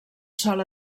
sol